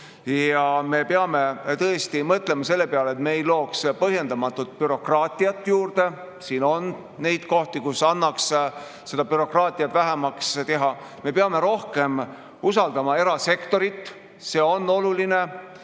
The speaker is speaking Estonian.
Ja me peame tõesti mõtlema selle peale, et me ei looks põhjendamatut bürokraatiat juurde. Eelnõus on neid kohti, kus annaks bürokraatiat vähemaks teha. Me peame rohkem usaldama erasektorit, see on oluline. Ja